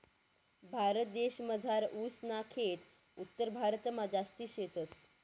भारतदेसमझार ऊस ना खेत उत्तरभारतमा जास्ती शेतस